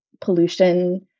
pollution